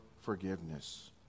forgiveness